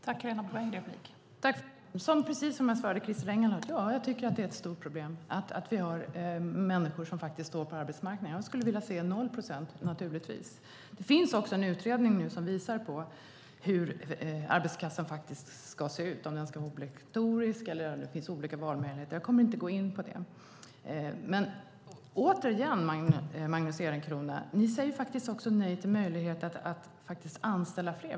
Fru talman! Precis som jag svarade Christer Engelhardt tycker jag att det är ett stort problem att vi har människor som faktiskt står utanför arbetsmarknaden. Jag skulle naturligtvis vilja se att det var noll procent. Det finns en utredning om hur arbetslöshetskassan faktiskt ska se, om den ska vara obligatoriskt eller om det ska finnas olika valmöjligheter. Jag ska inte gå in på det nu. Återigen, Magnus Ehrencrona, säger ni faktiskt nej till möjligheten att anställa fler.